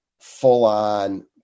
full-on